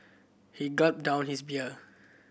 he gulped down his beer